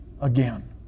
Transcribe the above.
again